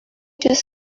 just